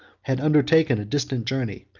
had undertaken a distant journey,